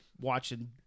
watching